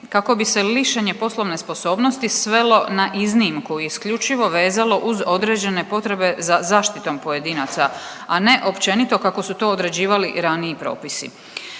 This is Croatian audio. kako bi se lišenje poslovne sposobnosti svelo na iznimku i isključivo vezalo uz određene potrebe za zaštitom pojedinaca, a ne općenito kako su to određivali i raniji propisi.